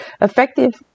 Effective